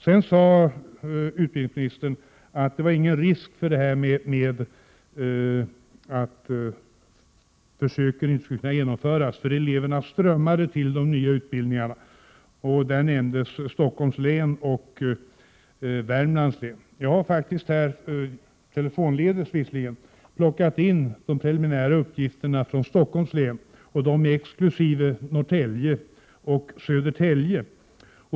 Sedan sade utbildningsministern att det inte var någon risk för att försöken inte skulle kunna genomföras — eleverna strömmade till de nya utbildningarna. Utbildningsministern nämnde Stockholms län och Värmlands län. Jag har tagit in — telefonledes visserligen — de preliminära uppgifterna från Stockholms län exkl. Norrtälje och Södertälje.